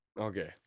Okay